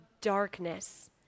darkness